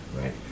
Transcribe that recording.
right